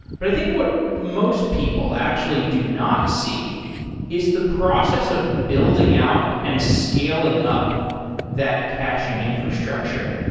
but i think what most people actually do not see is the process of building out and scaling up that caching infrastructure.